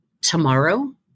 tomorrow